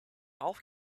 golf